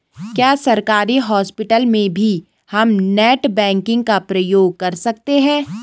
क्या सरकारी हॉस्पिटल में भी हम नेट बैंकिंग का प्रयोग कर सकते हैं?